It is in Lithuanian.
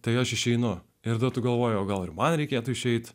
tai aš išeinu ir duotu galvojo gal ir man reikėtų išeiti